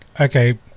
okay